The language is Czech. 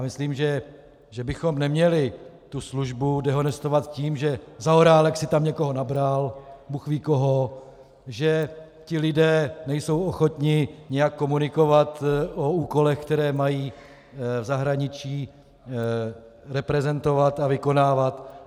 Myslím, že bychom neměli tu službu dehonestovat tím, že Zaorálek si tam někoho nabral, bůhvíkoho, že ti lidé nejsou ochotni nějak komunikovat o úkolech, které mají v zahraničí reprezentovat a vykonávat, atd.